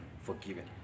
forgiven